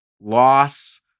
Loss